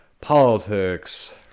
politics